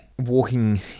walking